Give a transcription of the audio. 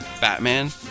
Batman